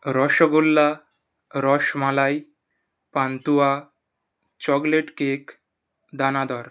রসগোল্লা রসমালাই পান্তুয়া chocolate cake দানাদার